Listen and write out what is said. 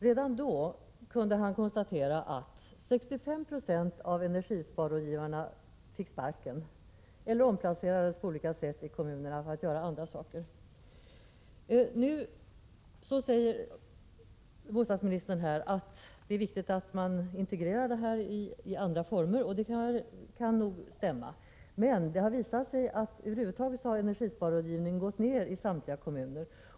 Redan då kunde författaren konstatera att 65 26 av energisparrådgivarna fick sparken eller på olika sätt omplacerades för att göra andra saker i kommunerna. Bostadsministern säger att det är viktigt att man integrerar energirådgivningen i andra verksamheter, och det kan nog stämma. Men det har visat sig att energisparrådgivningen över huvud taget har minskat i samtliga kommuner.